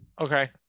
Okay